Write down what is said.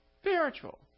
spiritual